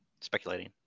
speculating